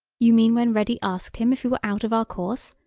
you mean when ready asked him if we were out of our course?